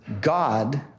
God